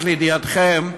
רק לידיעתכם,